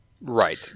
Right